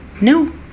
no